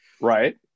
Right